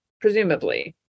presumably